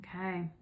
okay